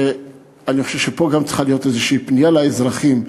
אני חושב שפה צריכה להיות איזושהי פנייה לאזרחים,